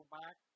back